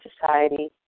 society